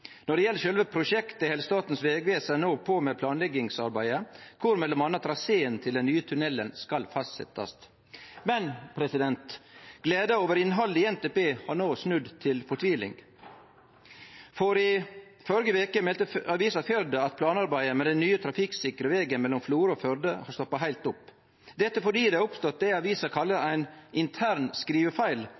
Når det gjeld sjølve prosjektet, held Statens vegvesen no på med planleggingsarbeidet, der m.a. traséen til den nye tunnelen skal fastsetjast. Men gleda over innhaldet i NTP er no snudd til fortviling, for i førre veke melde avisa Firda at planarbeidet med den nye trafikksikre vegen mellom Florø og Førde har stoppa heilt opp. Dette er fordi det har oppstått det avisa kallar ein intern «skrivefeil» mellom samferdselsetatane knytt til kostnadane til prosjektet. Saka ligg dermed no i ein